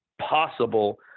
possible